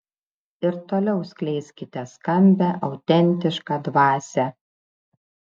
ir toliau skleiskite skambią autentišką dvasią